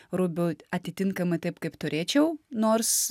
rubiu atitinkamai taip kaip turėčiau nors